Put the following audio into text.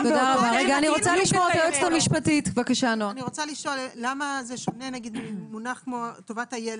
וזה נותן בדיוק --- למה זה שונה נגיד ממונח כמו טובת הילד?